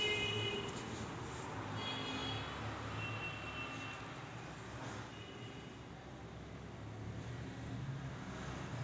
राष्ट्रीय उत्पन्न आणि एकूण रोजगार विश्लेषणाचे मुख्य लक्ष मॅक्रोइकॉनॉमिक्स मध्ये आहे